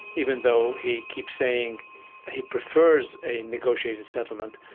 even though he keeps saying he prefers a negotiated settlement,